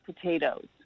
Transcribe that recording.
potatoes